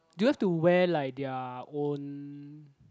do you have to wear like their own